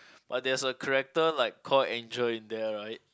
but there is a character like called Angel in there right